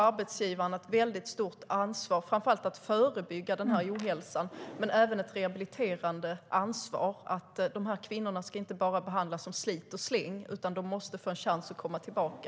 Arbetsgivaren har ett stort ansvar, framför allt för att förebygga ohälsan, men även ett rehabiliterande ansvar. Dessa kvinnor ska inte bara behandlas som slit-och-släng, utan de måste få en chans att komma tillbaka.